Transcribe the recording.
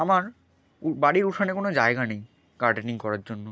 আমার বাড়ির উঠানে কোনও জায়গা নেই গার্ডেনিং করার জন্য